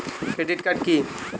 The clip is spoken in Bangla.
ক্রেডিট কার্ড কি?